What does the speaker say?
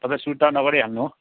तपाईँ सुर्ता नगरिहाल्नु